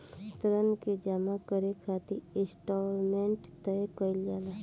ऋण के जामा करे खातिर इंस्टॉलमेंट तय कईल जाला